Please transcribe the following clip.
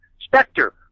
Spectre